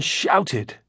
shouted